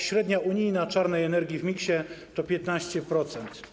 Średnia unijna czarnej energii w miksie to 15%.